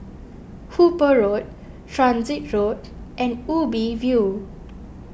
Hooper Road Transit Road and Ubi View